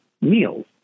meals